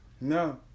no